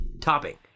topping